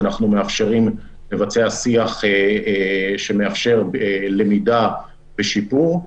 אנחנו מאפשרים לבצע שיח שמאפשר למידה ושיפור.